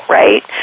right